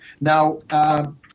Now